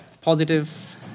positive